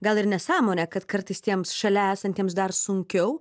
gal ir nesąmonę kad kartais tiems šalia esantiems dar sunkiau